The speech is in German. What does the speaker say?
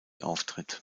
auftritt